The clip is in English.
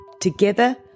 Together